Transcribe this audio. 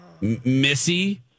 Missy